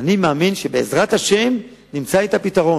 אני מאמין שבעזרת השם נמצא את הפתרון.